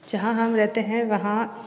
जहाँ हम रहते हैं वहाँ